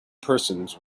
persons